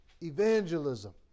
evangelism